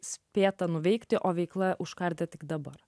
spėta nuveikti o veikla užkardyti tik dabar